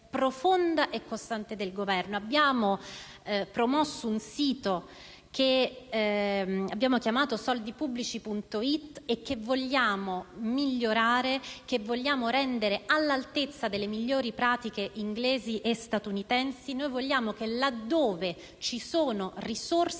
profonda e costante del Governo. Abbiamo promosso un sito Internet, che abbiamo chiamato soldipubblici.gov.it, che vogliamo migliorare, rendendolo all'altezza delle migliori pratiche inglesi e statunitensi. Vogliamo che, laddove ci sono risorse